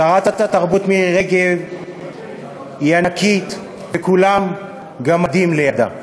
שרת התרבות מירי רגב היא ענקית וכולם גמדים לידה.